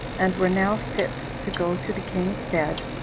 and were now fit to go to the king's bed,